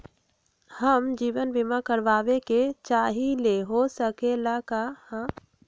हम जीवन बीमा कारवाबे के चाहईले, हो सकलक ह?